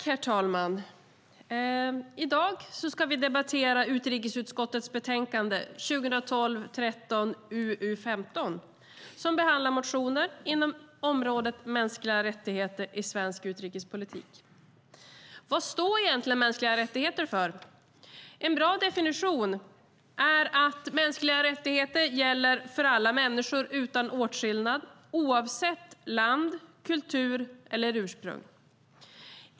Herr talman! I dag ska vi debattera utrikesutskottets betänkande 2012/13:UU15 som behandlar motioner inom området mänskliga rättigheter i svensk utrikespolitik. Vad står egentligen mänskliga rättigheter för? En bra definition är att mänskliga rättigheter gäller för alla människor utan åtskillnad oavsett land, kultur eller ursprung.